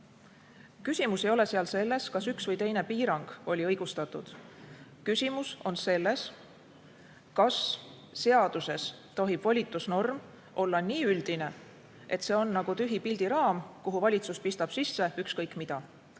Küsimus ei ole seal selles, kas üks või teine piirang oli õigustatud. Küsimus on selles, kas seaduses tohib volitusnorm olla nii üldine, et see on nagu tühi pildiraam, kuhu valitsus pistab sisse ükskõik mida.